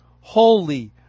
holy